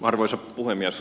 arvoisa puhemies